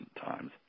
times